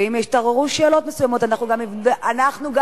ואם יתעוררו שאלות אנחנו נבדוק,